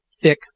thick